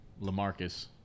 LaMarcus